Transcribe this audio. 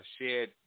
shared